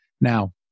Now